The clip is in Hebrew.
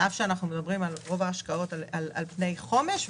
על אף שאנחנו מדברים על השקעות על פני חומש.